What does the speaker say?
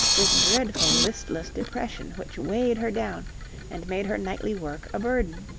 this dreadful listless depression which weighed her down and made her nightly work a burden.